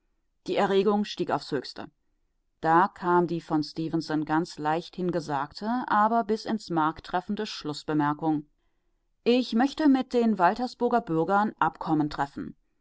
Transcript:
die erregung stieg aufs höchste da kam die von stefenson ganz leichthin gesagte aber bis ins mark treffende schlußbemerkung ich möchte mit waltersburger bürgern abkommen treffen